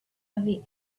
away